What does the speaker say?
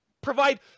provide